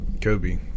Kobe